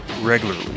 regularly